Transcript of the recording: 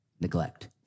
neglect